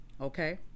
okay